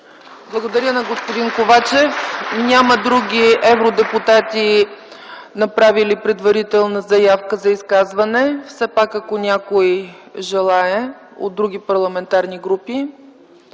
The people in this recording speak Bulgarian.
Благодаря на господин Ковачев. Няма други евродепутати, направили предварителна заявка за изказване. Все пак, ако някой желае думата от другите парламентарни групи?